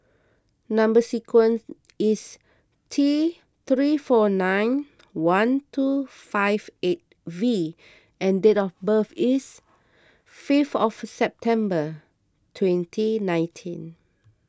Number Sequence is T three four nine one two five eight V and date of birth is fifth of September twenty nineteen